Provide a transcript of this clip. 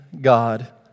God